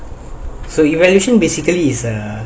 so evaluation basically is err